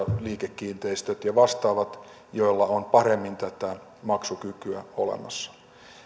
liikekiinteistöt ja vastaavat joilla on paremmin tätä maksukykyä olemassa